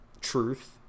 truth